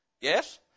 Yes